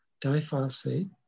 diphosphate